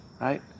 right